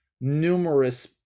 numerous